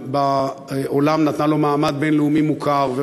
בעולם נתנה לו מעמד בין-לאומי מוכר,